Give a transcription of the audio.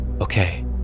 Okay